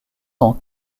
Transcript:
sont